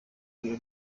biro